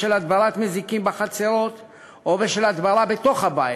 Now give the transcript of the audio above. בשל הדברת מזיקים בחצרות או בשל הדברה בתוך הבית,